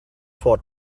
for